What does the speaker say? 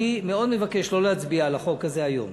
אני מאוד מבקש לא להצביע על החוק הזה היום.